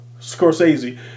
Scorsese